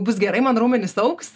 bus gerai man raumenys augs